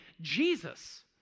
Jesus